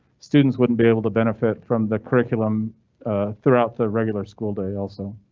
students wouldn't be able to benefit from the curriculum throughout the regular school day also.